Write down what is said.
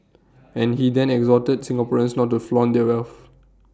and he then exhorted Singaporeans not to flaunt their wealth